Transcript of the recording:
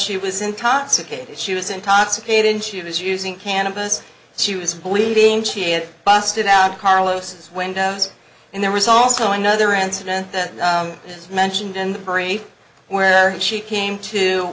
she was intoxicated she was intoxicated she was using cannabis she was bleeding she had busted out carlos's windows and there was also another incident that was mentioned in the brain where she came to